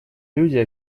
люди